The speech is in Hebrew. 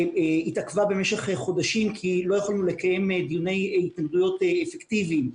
שהתעכבה במשך חודשים כי לא יכולנו לקיים דיוני התנגדויות אפקטיביים.